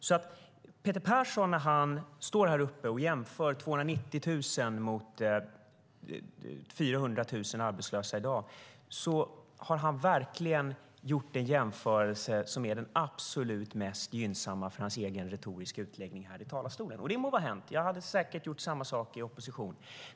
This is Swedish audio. När Peter Persson jämför 290 000 arbetslösa 2006 med 400 000 arbetslösa i dag gör han en jämförelse som är den mest gynnsamma för hans retoriska utläggning i talarstolen. Det må vara hänt. Jag hade säkert gjort samma sak i opposition.